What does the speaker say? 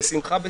בשמחה.